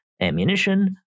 Ammunition